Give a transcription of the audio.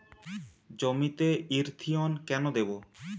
জমিতে ইরথিয়ন কেন দেবো?